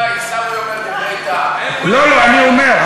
אני אומר,